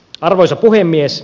arvoisa puhemies